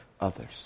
Others